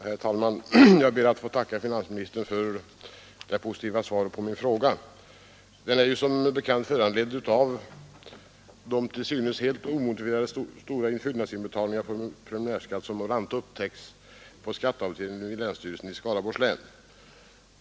Herr talman! Jag ber att få tacka finansministern för det positiva svaret på min fråga. Den är som bekant föranledd av de till synes helt omotiverade stora fyllnadsinbetalningar av preliminärskatt som bl.a. har upptäckts på skatteavdelningen vid länsstyrelsen i Skaraborgs län.